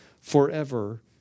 forever